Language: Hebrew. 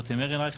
רותם ארנרייך,